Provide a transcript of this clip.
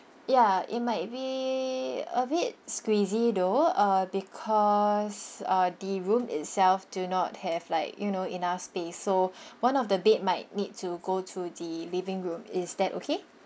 ya it might be a bit squeezy though uh because uh the room itself do not have like you know enough space so one of the bed might need to go to the living room is that okay